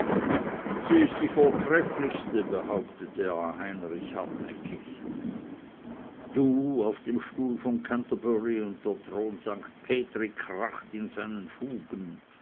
sie ist die vortrefflichste behauptete herr heinrich hartnäckig du auf dem stuhl von canterbury und der thron st petri kracht in seinen fugen